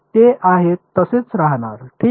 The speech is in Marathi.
ते आहेत तसेच राहतात ठीक